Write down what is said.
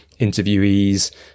interviewees